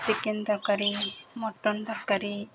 chicken ତରକାରୀ mutton ତରକାରୀ